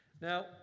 Now